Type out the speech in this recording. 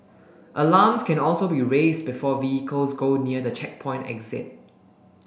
alarms can also be raised before vehicles go near the checkpoint exit